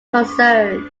concern